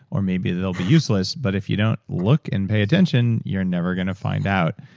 or maybe they'll be useless, but if you don't look and pay attention, you're never going to find out.